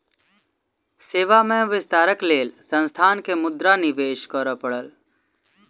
सेवा में विस्तारक लेल संस्थान के मुद्रा निवेश करअ पड़ल